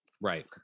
Right